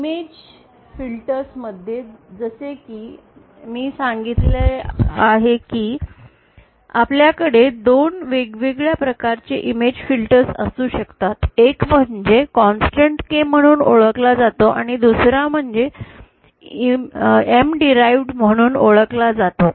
image filters मधे जसे की मी सांगितले आहे की आपल्याकडे दोन वेगवेगळ्या प्रकारचे इमेज फिल्टर्स असू शकतात एक म्हणजे कोनस्टेंट K म्हणून ओळखला जातो आणि दुसरा M डिराइवड म्हणून ओळखला जातो